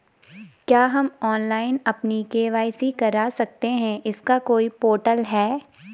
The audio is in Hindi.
क्या हम ऑनलाइन अपनी के.वाई.सी करा सकते हैं इसका कोई पोर्टल है?